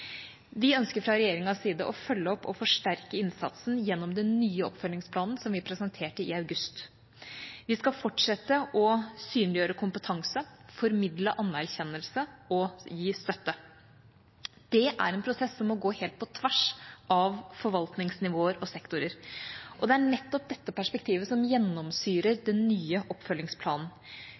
Vi ønsker fra regjeringas side å følge opp og forsterke innsatsen gjennom den nye oppfølgingsplanen som vi presenterte i august. Vi skal fortsette å synliggjøre kompetanse, formidle anerkjennelse og gi støtte. Det er en prosess som må gå på tvers av forvaltningsnivåer og sektorer, og det er nettopp dette perspektivet som gjennomsyrer den nye oppfølgingsplanen.